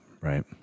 Right